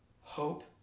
Hope